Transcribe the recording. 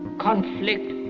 conflict,